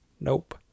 Nope